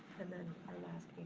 and then our last